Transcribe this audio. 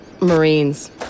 Marines